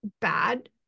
bad